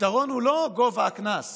הפתרון הוא לא גובה הקנס,